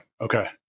Okay